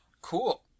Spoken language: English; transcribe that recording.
Cool